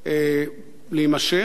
להימשך,